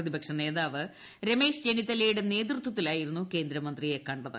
പ്രതിപക്ഷ നേതാവ് രമേശ് ചെന്നിത്തലയുടെ നേതൃത്വത്തിലായിരുന്നു കേന്ദ്രമന്ത്രിയെ കണ്ടത്